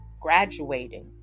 graduating